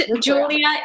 Julia